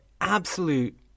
absolute